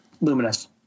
luminous